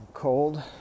Cold